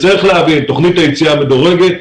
צריך להבין שתוכנית היציאה המדורגת,